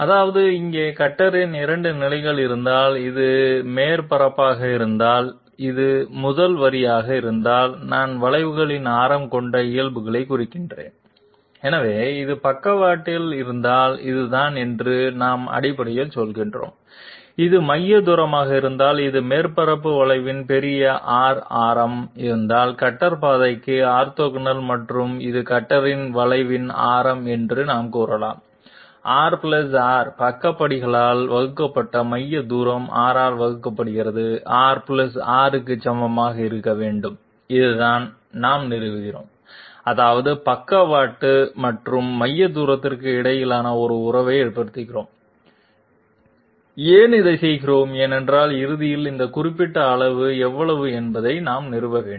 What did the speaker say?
அதாவது இங்கே கட்டரின் 2 நிலைகள் இருந்தால் இது மேற்பரப்பாக இருந்தால் இது முதல் வரியாக இருந்தால் நான் வளைவுகளின் ஆரம் கொண்ட இயல்புகளைக் குறிக்கிறேன் எனவே இது பக்கவாட்டில் இருந்தால் இதுதான் என்று நாம் அடிப்படையில் சொல்கிறோம் இது மைய தூரமாக இருந்தால் இது மேற்பரப்பு வளைவின் பெரிய ஆர் ஆரம் இருந்தால் கட்டர் பாதைக்கு ஆர்த்தோகனல் மற்றும் இது கட்டரின் வளைவின் ஆரம் என்று நாம் கூறலாம் R r பக்க படிகளால் வகுக்கப்பட்ட மைய தூரம் r ஆல் வகுக்கப்பட்ட r r க்கு சமமாக இருக்க வேண்டும் இதுதான் நாம் நிறுவுகிறோம் அதாவது பக்கவாட்டு மற்றும் மைய தூரத்திற்கு இடையில் ஒரு உறவை ஏற்படுத்துகிறோம் ஏன் இதைச் செய்கிறோம் ஏனென்றால் இறுதியில் இந்த குறிப்பிட்ட அளவு எவ்வளவு என்பதை நாம் நிறுவ வேண்டும்